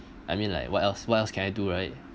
I mean like what else what else can I do right